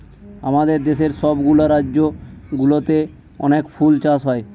আমাদের দেশের সব গুলা রাজ্য গুলোতে অনেক ফুল চাষ হয়